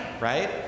right